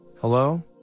Hello